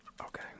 Okay